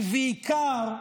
ובעיקר,